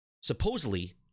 supposedly